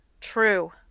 True